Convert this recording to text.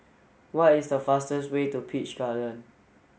what is the fastest way to Peach Garden